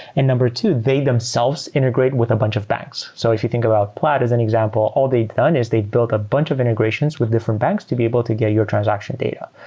and number two, they themselves integrate with a bunch of banks. so if you think about plaid as an example, all they've done is they build a bunch of integrations with different banks to be able to get your transaction data.